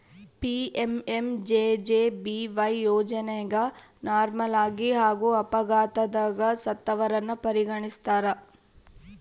PMMJJBY ಯೋಜನೆಗ ನಾರ್ಮಲಾಗಿ ಹಾಗೂ ಅಪಘಾತದಗ ಸತ್ತವರನ್ನ ಪರಿಗಣಿಸ್ತಾರ